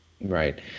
right